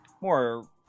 more